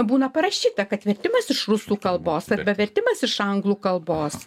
būna parašyta kad vertimas iš rusų kalbos arba vertimas iš anglų kalbos